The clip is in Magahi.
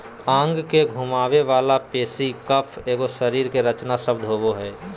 अंग के घुमावे वाला पेशी कफ एगो शरीर रचना शब्द होबो हइ